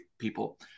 people